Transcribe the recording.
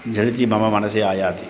झटिति मम मनसि आयाति